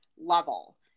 level